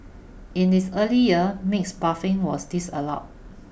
in its earlier years mixed bathing was disallowed